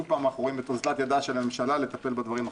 שוב אנחנו רואים את אוזלת ידה של הממשלה לטפל בדברים החשובים.